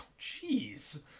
Jeez